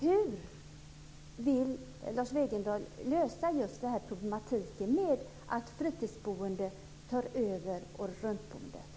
Hur vill Lars Wegendal lösa just problematiken med att fritidsboende tar över åretruntboende?